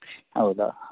ಹೌದಾ